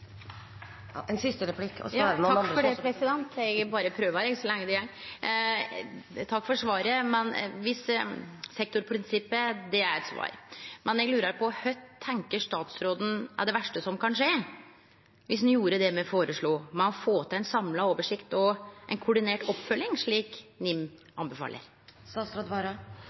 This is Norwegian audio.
Eg berre prøver meg – så lenge det går! Takk for svaret. Sektorprinsippet er eit svar. Men eg lurar på: Kva tenkjer statsråden er det verste som kan skje dersom ein gjorde det me føreslo, med å få til ei samla oversikt og ei koordinert oppfølging, slik NIM